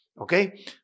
okay